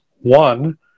One